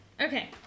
Okay